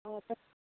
অঁ